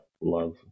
love